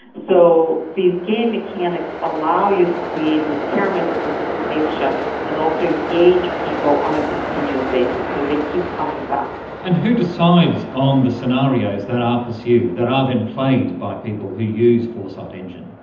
so these game mechanics allow you to create this pyramid of participation and also engage people on a continuous basis so they keep coming back. and who decides on the scenarios that are pursued, that are then played by people who use foresight engine?